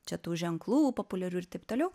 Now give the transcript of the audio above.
čia tų ženklų populiarių ir taip toliau